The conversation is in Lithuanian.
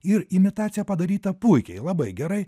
ir imitacija padaryta puikiai labai gerai